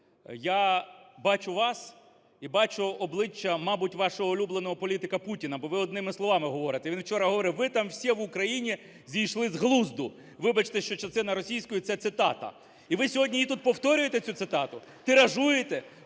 я бачу вас і бачу обличчя, мабуть, вашого улюбленого політика Путіна, бо ви одними словами говорите. Він вчора говорив: "Вы там все в Украине зійшли з глузду". Вибачте, що частина – російською, це – цитата. І ви сьогодні її тут повторюєте цю цитату, тиражуєте